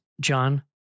John